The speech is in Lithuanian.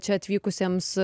čia atvykusiems